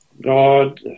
God